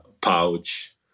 pouch